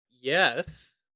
Yes